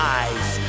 eyes